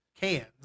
cans